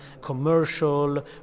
commercial